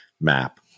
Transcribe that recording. map